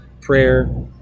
prayer